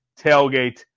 tailgate